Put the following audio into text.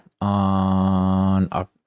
on